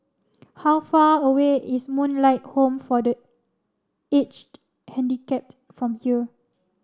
how far away is Moonlight Home for the Aged Handicapped from here